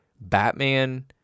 Batman